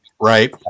Right